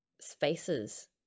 spaces